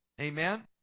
Amen